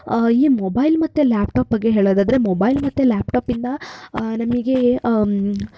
ಈ ಮೊಬೈಲ್ ಮತ್ತು ಲ್ಯಾಪ್ಟಾಪ್ ಬಗ್ಗೆ ಹೇಳೋದಾದರೆ ಮೊಬೈಲ್ ಮತ್ತು ಲ್ಯಾಪ್ಟಾಪಿಂದ ನಮಗೆ